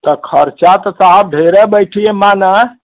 तो खर्चा तो साहब ढेरे बइठी ए माना